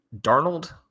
Darnold